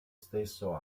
stesso